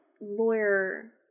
lawyer